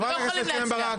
חברת הכנסת קרן ברק.